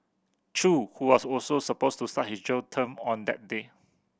chew who was also supposed to start his jail term on that day